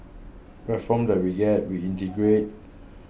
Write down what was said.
platforms that we get we integrate